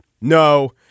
No